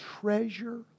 treasure